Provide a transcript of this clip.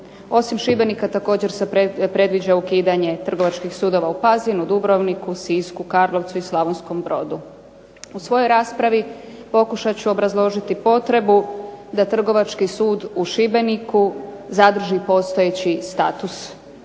Osim Šibenika također se predviđa ukidanje trgovačkih sudova u Pazinu, Dubrovniku, Sisku, Karlovcu i Slavonskom Brodu. U svojoj raspravi pokušat ću obrazložiti potrebu da Trgovački sud u Šibeniku zadrži postojeći status